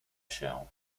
się